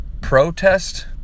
Protest